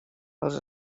els